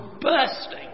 bursting